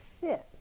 fit